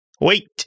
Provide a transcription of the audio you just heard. Wait